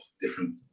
different